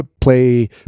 play